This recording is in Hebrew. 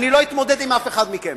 אני לא אתמודד עם אף אחד מכם.